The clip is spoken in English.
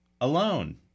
Alone